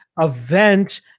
event